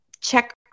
check